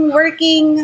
working